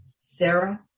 Sarah